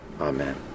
Amen